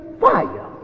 fire